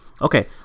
Okay